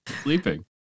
sleeping